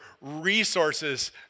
resources